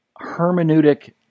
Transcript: hermeneutic